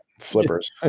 Flippers